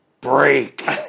break